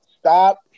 Stop